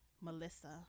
Melissa